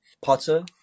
Potter